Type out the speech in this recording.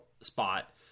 spot